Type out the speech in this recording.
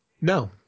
No